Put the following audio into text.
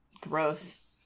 gross